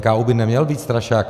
NKÚ by neměl být strašák.